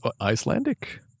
Icelandic